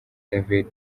david